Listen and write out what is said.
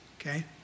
Okay